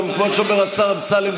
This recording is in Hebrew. כמו שאומר השר אמסלם,